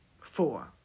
four